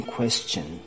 Question